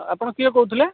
ଆପଣ କିଏ କହୁଥିଲେ